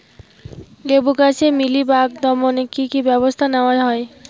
লেবু গাছে মিলিবাগ দমনে কী কী ব্যবস্থা নেওয়া হয়?